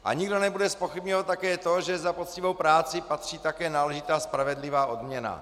A nikdo nebude zpochybňovat také to, že za poctivou práci patří také náležitá spravedlivá odměna.